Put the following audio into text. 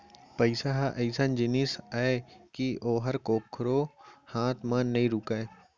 पइसा ह अइसन जिनिस अय कि ओहर कोकरो हाथ म नइ रूकय